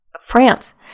France